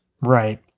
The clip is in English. right